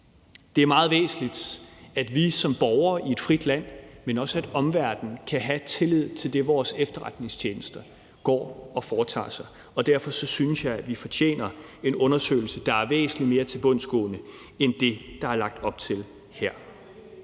Det er meget væsentligt, at vi som borgere i et frit land, men også at omverdenen kan have tillid til det, vores efterretningstjenester går og foretager sig, og derfor synes jeg, at vi fortjener en undersøgelse, der er væsentlig mere tilbundsgående end det, der er lagt op til her.